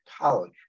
college